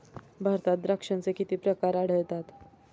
भारतात द्राक्षांचे किती प्रकार आढळतात?